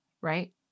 right